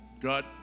God